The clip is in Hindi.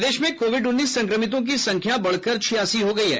प्रदेश में कोविड उन्नीस संक्रमितों की संख्या बढ़कर छियासी हो गयी है